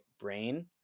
brain